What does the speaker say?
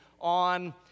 on